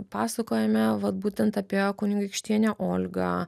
pasakojame vat būtent apie kunigaikštienę olgą